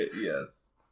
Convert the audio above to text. Yes